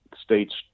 state's